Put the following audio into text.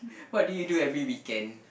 what do you do every weekend